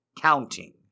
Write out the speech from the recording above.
counting